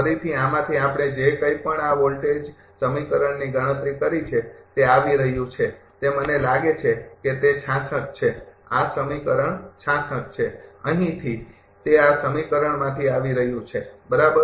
ફરીથી આમાંથી આપણે જે કંઇ પણ આ વોલ્ટેજ સમીકરણની ગણતરી કરી છે તે આવી રહ્યું છે તે મને લાગે છે કે તે ૬૬ છે આ સમીકરણ ૬૬ છે અહીંથી તે આ સમીકરણમાંથી આવી રહ્યું છે બરાબર